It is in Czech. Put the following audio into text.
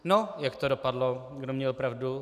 No, jak to dopadlo, kdo měl pravdu?